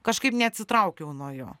kažkaip neatsitraukiau nuo jo